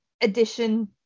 edition